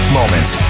moments